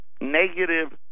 negative